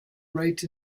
rate